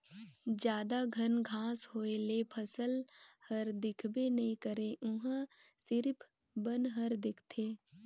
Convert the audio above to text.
जादा घन घांस होए ले फसल हर दिखबे नइ करे उहां सिरिफ बन हर दिखथे